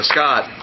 Scott